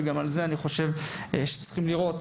ואני חושב שגם לגבי זה צריכים לראות